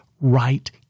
right